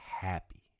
happy